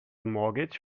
mortgage